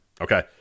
Okay